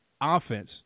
offense